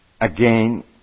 Again